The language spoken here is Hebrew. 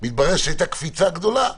מתברר שהייתה קפיצה גדולה,